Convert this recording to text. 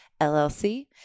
LLC